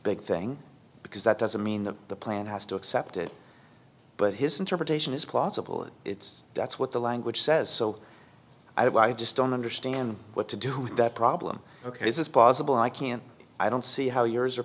big thing because that doesn't mean that the plan has to accept it but his interpretation is plausible and it's that's what the language says so i just don't understand what to do with that problem ok this is possible i can't i don't see how yours are